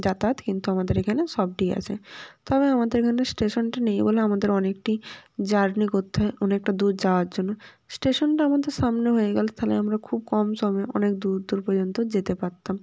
যাতায়াত কিন্তু আমাদের এখানে সব ঠিক আছে তবে আমাদের এখানে স্টেশনটা নেই বলে আমাদের অনেকটিই জার্নি করতে হয় অনেকটা দূর যাওয়ার জন্য স্টেশনটা আমাদের সামনে হয়ে গেলে তাহলে আমরা খুব কম সময়ে অনেক দূর দূর পর্যন্ত যেতে পারতাম